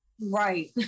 Right